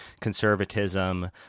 conservatism